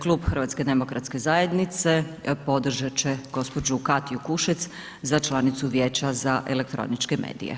Klub HDZ-a podržat će gđu. Katju Kušec za članicu Vijeća za elektroničke medije.